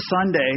Sunday